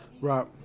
Right